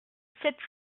sept